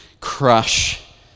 crush